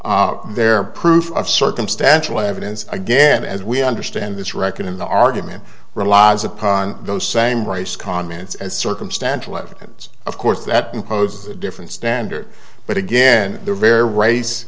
there proof of circumstantial evidence again as we understand this record in the argument relies upon those same race comments as circumstantial evidence of course that imposes a different standard but again the very rac